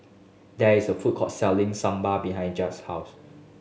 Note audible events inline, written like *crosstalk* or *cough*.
there is a food court selling Sambar behind *unintelligible* house